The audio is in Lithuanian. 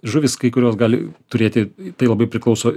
žuvys kai kuriuos gali turėti tai labai priklauso